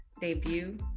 Debut